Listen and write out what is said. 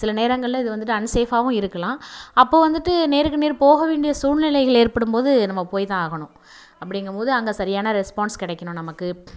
சில நேரங்களில் இது வந்துட்டு அன் ஸேஃபாகவும் இருக்கலாம் அப்போது வந்துட்டு நேருக்கு நேர் போகவேண்டிய சூழ்நிலைகள் ஏற்படும் போது நம்ம போய் தான் ஆகணும் அப்படிங்கம் போது சரியான ரெஸ்பான்ஸ் கிடைக்கணும் நமக்கு